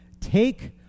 Take